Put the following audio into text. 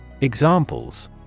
Examples